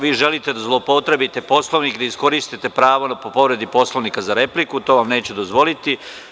Vi želite da zloupotrebite Poslovnik, da iskoristite pravo po povredi Poslovnika za repliku, a to vam neću dozvoliti.